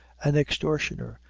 an extortioner,